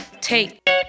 take